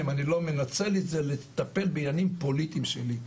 אם אני לא מנצל את זה לטפל בעניינים פוליטיים שלי.